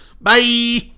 Bye